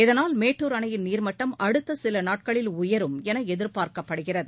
இதனால் மேட்டுர் அணையின் நீர்மட்டம் அடுத்த சில நாட்களில் உயரும் என எதிர்பார்க்கப்படுகிறது